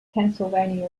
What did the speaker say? pennsylvania